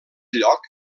lloc